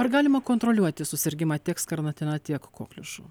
ar galima kontroliuoti susirgimą tiek skarlatina tiek kokliušu